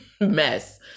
mess